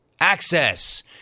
access